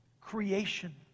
creation